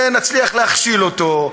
ונצליח להכשיל אותו,